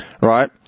right